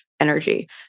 Energy